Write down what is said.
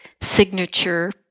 signature